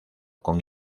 con